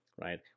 right